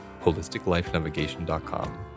holisticlifenavigation.com